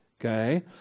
okay